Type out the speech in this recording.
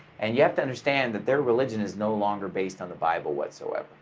and you have to understand that their religion is no longer based on the bible whatsoever.